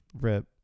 rip